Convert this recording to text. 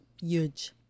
huge